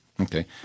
Okay